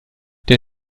der